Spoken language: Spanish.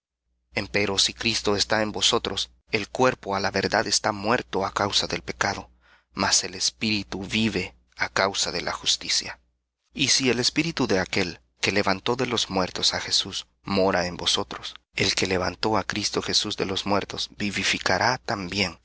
él empero si cristo está en vosotros el cuerpo á la verdad está muerto á causa del pecado mas el espíritu vive á causa de la justicia y si el espíritu de aquel que levantó de los muertos á jesús mora en vosotros el que levantó á cristo jesús de los muertos vivificará también